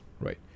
Right